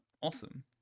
Awesome